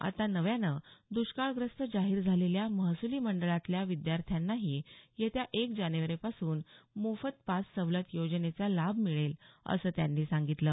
आता नव्यानं दुष्काळग्रस्त जाहीर झालेल्या महसुली मंडळांतल्या विद्यार्थ्यांनाही येत्या एक जानेवारीपासून मोफत पास सवलत योजनेचा लाभ मिळेल असं त्यांनी सांगितलं